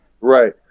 Right